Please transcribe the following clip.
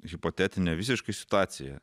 hipotetinę visiškai situaciją